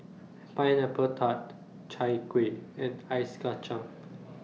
Pineapple Tart Chai Kueh and Ice Kacang